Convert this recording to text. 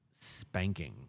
Spanking